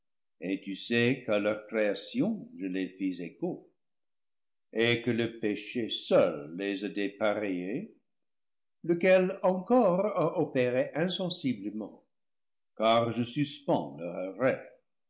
et tu sais qu'à leur création je les fis égaux et que le péché seul les a dépareillés lequel encore a opéré insensiblement car je